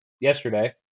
yesterday